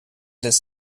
this